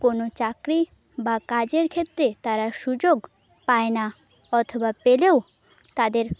কোনো চাকরি বা কাজের ক্ষেত্রে তারা সুযোগ পায় না অথবা পেলেও তাদের